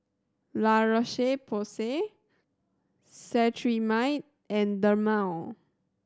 La Roche Porsay Cetrimide and Dermale